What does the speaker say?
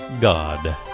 God